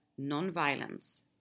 nonviolence